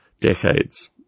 decades